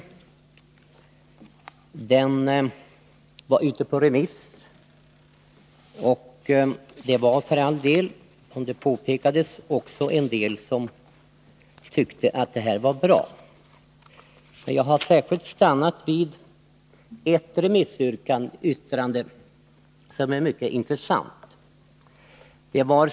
När utredningen var ute på remiss fanns det— som också har påpekats — somliga som tyckte att förslaget om en nämnd i och för sig var bra. Jag har särskilt stannat vid ett remissyttrande, som är intressant.